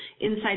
inside